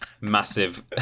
massive